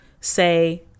say